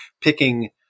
picking